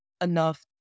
enough